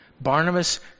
Barnabas